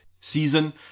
season